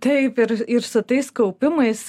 taip ir ir su tais kaupimais